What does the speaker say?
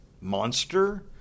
monster